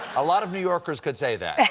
a lot of new yorkers could say that,